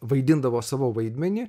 vaidindavo savo vaidmenį